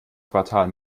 quartal